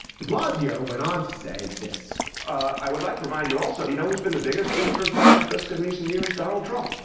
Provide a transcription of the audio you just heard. de blasio went on to say this i would like to remind you also you know he's been the biggest booster of stop and frisk in recent years donald trump.